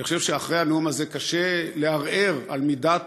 ואני חושב שאחרי הנאום הזה קשה לערער על מידת